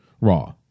Raw